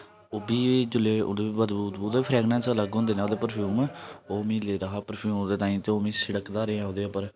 ओह् बी जेल्लै ओहदे बी बदबू ओह्दे बी फ्रैगनस अलग होंदे न ओह्दे परफ्यूम ओह् मिगी लेदा परफ्यूम ओह्दे ताहीं ते ओह् में छिड़का दा रेहा ओह्दे उप्पर